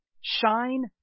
Shine